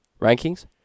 Rankings